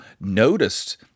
noticed